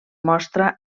mostra